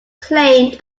claimed